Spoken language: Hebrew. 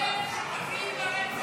אתם שותפים לרצח.